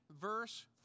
verse